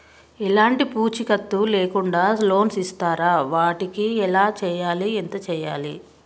ఎలాంటి పూచీకత్తు లేకుండా లోన్స్ ఇస్తారా వాటికి ఎలా చేయాలి ఎంత చేయాలి?